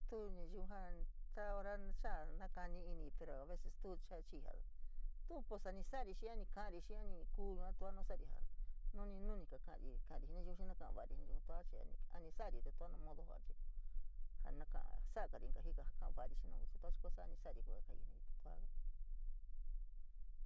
Tu nayiu ja saa hora chaa nakani inííí pero a veces tuu cha chii tuu pos a mi sa’ari, a ni ka’ari tua nu saaari jaa núni, núni a ni ka ka’ari ji nayiun xii na ka’a vari ji nayiun tua a chii, a ni sa’ari in ka jikaa ja kaa vari xii naun, tua chii cosa a ni sa’ari kuu a kai jenaíí tua.